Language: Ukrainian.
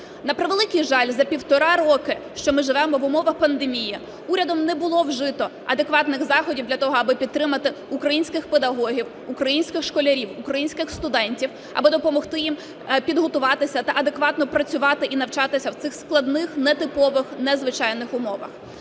На превеликий жаль, за півтора роки, що ми живемо в умовах пандемії, урядом не було вжито адекватних заходів для того, аби підтримати українських педагогів, українських школярів, українських студентів, аби допомогти їм підготуватися та адекватно працювати і навчатися в цих складних, нетипових, незвичайних умовах.